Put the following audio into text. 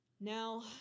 Now